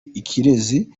ikirezi